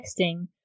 texting